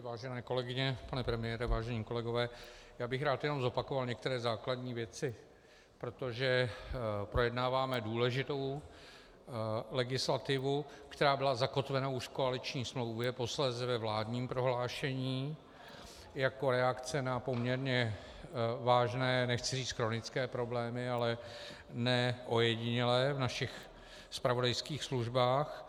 Vážené kolegyně, pane premiére, vážení kolegové, rád bych jen zopakoval některé základní věci, protože projednáváme důležitou legislativu, která byla zakotvena už v koaliční smlouvě, posléze ve vládním prohlášení jako reakce na poměrně vážné, nechci říct chronické, problémy, ale ne ojedinělé v našich zpravodajských službách.